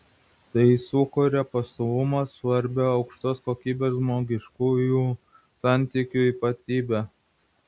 tai sukuria pastovumą svarbią aukštos kokybės žmogiškųjų santykių ypatybę